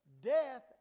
death